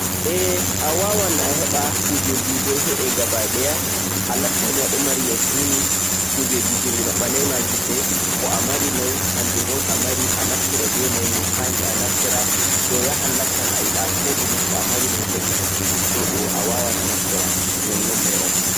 Ae awawan amara hunɗe bo he'a, alatta nii adon mari yakini kuje himɓe maɓɓa naima gete ko'a marimai hajjun'on amari anaftira be mai no hanii yahan latta ayiɗa koɗumi ko amari he'ema